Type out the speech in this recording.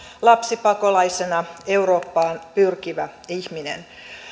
lapsipakolaisena eurooppaan pyrkivä ihminen